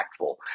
impactful